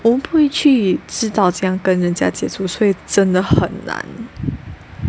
我们不会去制造怎样跟人家接触所以真的很难